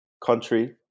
country